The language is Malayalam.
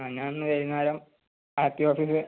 ആ ഞാനിന്ന് വൈകുന്നേരം ആർ ടി ഓഫീസ്